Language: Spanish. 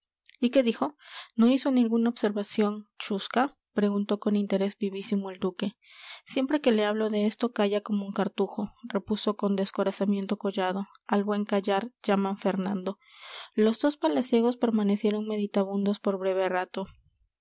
y qué dijo no hizo alguna observación chusca preguntó con interés vivísimo el duque siempre que le hablo de esto calla como un cartujo repuso con descorazonamiento collado al buen callar llaman fernando los dos palaciegos permanecieron meditabundos por breve rato